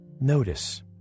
notice